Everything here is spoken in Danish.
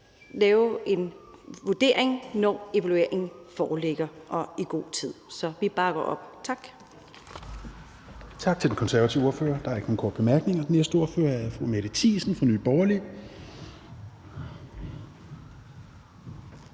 lave en vurdering, når evalueringen foreligger, og at det skal ske i god tid. Så vi bakker op. Tak.